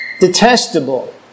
detestable